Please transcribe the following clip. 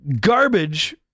garbage